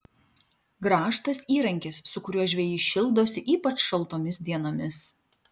grąžtas įrankis su kuriuo žvejys šildosi ypač šaltomis dienomis